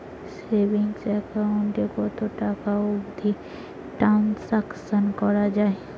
Savings account এ কতো টাকা অবধি ট্রানসাকশান করা য়ায়?